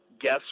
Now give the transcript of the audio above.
guess